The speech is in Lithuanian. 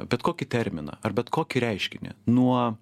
bet kokį terminą ar bet kokį reiškinį nuo